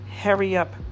hurry-up